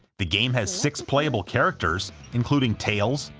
the game has six playable characters, including tails,